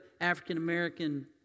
African-American